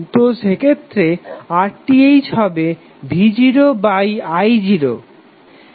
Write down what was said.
তো সেক্ষেত্রে RTh হবে v0i0